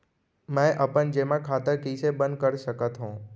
मै अपन जेमा खाता कइसे बन्द कर सकत हओं?